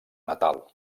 natal